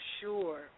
sure